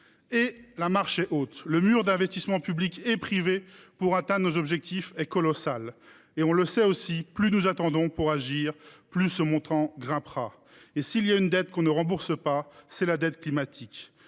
La marche est haute : le mur d’investissements publics et privés pour atteindre nos objectifs est colossal. Et plus nous attendons pour agir, plus ce montant grimpera. Or s’il est une dette qu’on ne rembourse pas, c’est bien la dette climatique.